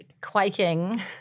quaking